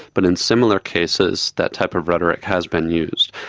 but in similar cases that type of rhetoric has been used.